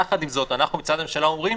יחד עם זאת, אנחנו מצד הממשלה אומרים